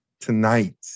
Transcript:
tonight